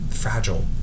fragile